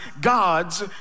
God's